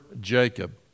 Jacob